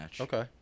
Okay